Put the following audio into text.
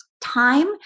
Time